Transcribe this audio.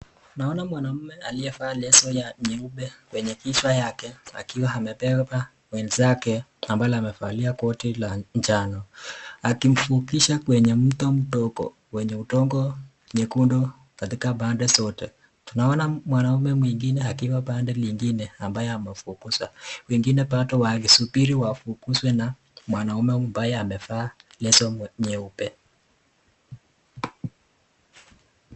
Naona mwanaume aliyevaa leso ya nyeupe kwenye kichwa yake akiwa amebeba wenzake ambaye amevalia koti la njano akimvukisha kwenye mto mdogo wenye udongo nyekundu katika pande zote. Tunaona mwanamume mwingine akiwa pande nyingine ambaye amevukisha wangine bado wakisubiri wavukishwe na mwanaume ambaye amevaa leso nyeupe.